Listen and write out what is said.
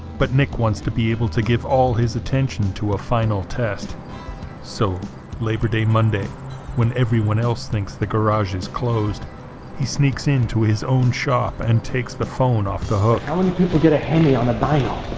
but nick wants to be able to give all his attention to a final test so labor day monday when everyone else thinks the garage is closed he sneaks into his own shop and takes the phone off the hook how many people get a hemi on a dyno'?